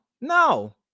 No